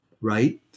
right